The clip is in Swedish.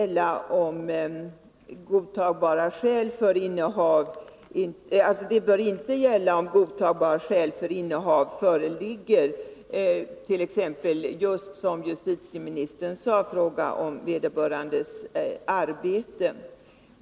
Lagen bör inte gälla om godtagbara skäl för innehav föreligger, t.ex. — som justitieministern sade — om vederbörande behöver kniv i arbetet.